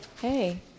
Hey